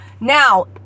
Now